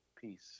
Peace